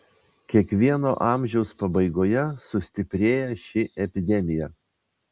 kiekvieno amžiaus pabaigoje sustiprėja ši epidemija